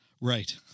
Right